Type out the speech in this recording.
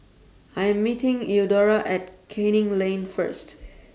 I Am meeting Eudora At Canning Lane First